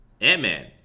Ant-Man